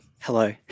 Hello